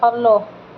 follow